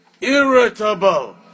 irritable